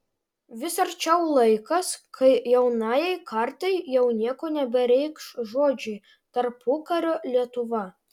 vis arčiau laikas kai jaunajai kartai jau nieko nebereikš žodžiai tarpukario lietuva